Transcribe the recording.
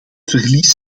verlies